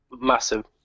Massive